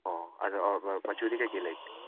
ꯑꯣ ꯑꯗꯣ ꯃꯆꯨꯗꯤ ꯀꯩ ꯀꯩ ꯂꯩꯒꯦ